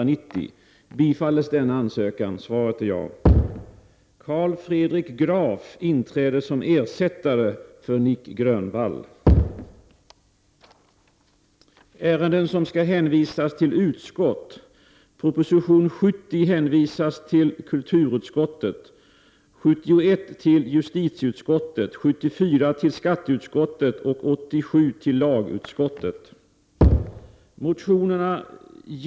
Stockholm den 15 februari 1990 Ingvar Carlsson Statsministern har i dag till mig överlämnat en skrivelse med begäran om entledigande.